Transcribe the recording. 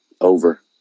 Over